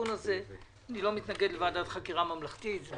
זה אסון בסדרי גודל גדולים.